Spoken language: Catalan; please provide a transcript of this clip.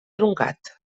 truncat